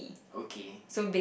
okay